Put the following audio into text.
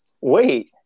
wait